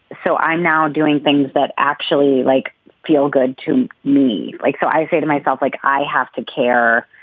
so i'm now doing things that actually like feel good to me like so i say to myself like i have to care.